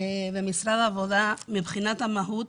ומשרד העבודה מבחינת המהות.